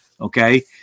Okay